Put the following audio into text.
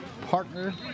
partner